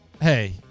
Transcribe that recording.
Hey